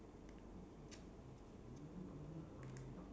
a~ along the line of sports